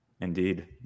Indeed